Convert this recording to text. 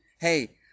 Hey